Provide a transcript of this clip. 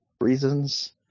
reasons